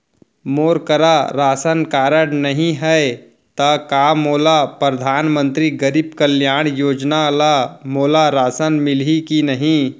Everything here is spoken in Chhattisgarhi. मोर करा राशन कारड नहीं है त का मोल परधानमंतरी गरीब कल्याण योजना ल मोला राशन मिलही कि नहीं?